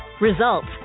results